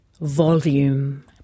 volume